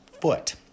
foot